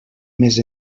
més